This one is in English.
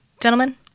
gentlemen